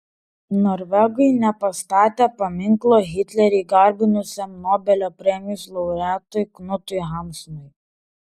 norvegai nepastatė paminklo hitlerį garbinusiam nobelio premijos laureatui knutui hamsunui